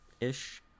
ish